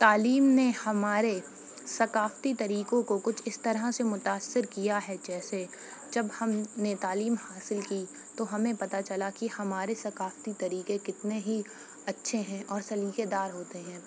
تعلیم نے ہمارے ثقافتی طریقوں کو کچھ اس طرح سے متأثر کیا ہے جیسے جب ہم نے تعلیم حاصل کی تو ہمیں پتا چلا کہ ہمارے ثقافتی طریقے کتنے ہی اچھے ہیں اور سلیقَے دار ہوتے ہیں